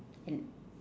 and